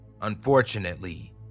Unfortunately